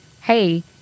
hey